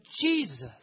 Jesus